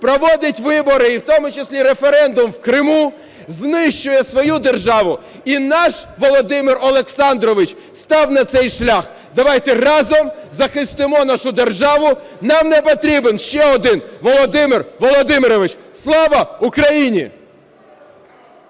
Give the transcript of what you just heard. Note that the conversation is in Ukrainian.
проводить вибори, і тому числі референдум в Криму, знищує свою державу. І наш Володимир Олександрович став на цей шлях. Давайте разом захистимо нашу державу. Нам не потрібен ще один Володимир Володимирович. Слава Україні!